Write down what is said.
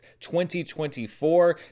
2024